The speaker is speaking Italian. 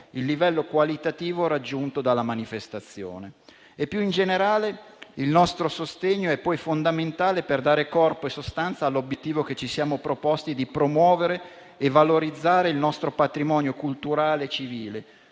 il livello qualitativo raggiunto dalla manifestazione e, più in generale, il nostro sostegno è poi fondamentale per dare corpo e sostanza all'obiettivo che ci siamo proposti di promuovere e valorizzare il nostro patrimonio culturale e civile,